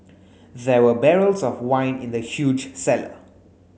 there were barrels of wine in the huge cellar